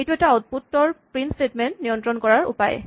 এইটো এটা আউটপুট ৰ প্ৰিন্ট স্টেটমেন্ট নিয়ন্ত্ৰণ কৰাৰ এটা উপায়